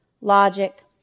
logic